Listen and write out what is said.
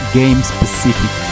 game-specific